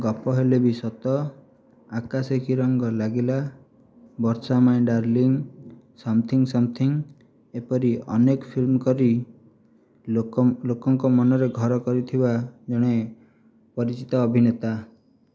ଗପ ହେଲେ ବି ସତ ଆକାଶେ କି ରଙ୍ଗ ଲାଗିଲା Barsha my darling something something ଏପରି ଅନେକ ଫିଲ୍ମ କରି ଲୋକ ଲୋକଙ୍କ ମନରେ ଘର କରିଥିବା ଜଣେ ପରିଚିତ ଅଭିନେତା